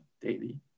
daily